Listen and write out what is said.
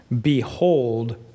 Behold